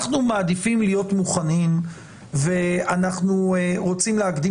אנחנו מעדיפים להיות מוכנים ואנחנו רוצים להקדים